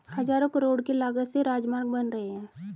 हज़ारों करोड़ की लागत से राजमार्ग बन रहे हैं